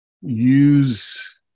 use